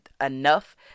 enough